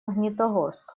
магнитогорск